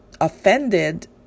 offended